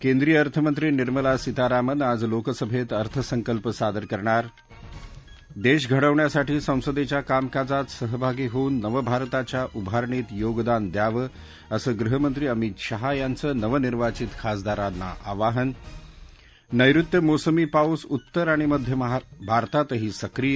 केंद्रिय अर्थमंत्री निर्मला सितारामन आज लोकसभेत अर्थसंकल्प सादर करणार देश घडवण्यासाठी संसदेच्या कामकाजात सहभागी होऊन नवभारताच्या उभारणीत योगदान द्यावं असं गृहमंत्री अमित शाह यांचं नवनिर्वाचित खासदारांना आवाहन नैऋत्य मोसमी पाऊस उत्तर आणि मध्य भारतातही सक्रिय